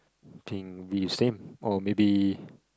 think we same or maybe